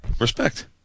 Respect